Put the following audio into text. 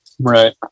Right